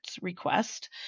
request